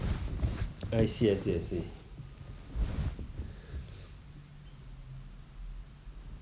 I see I see I see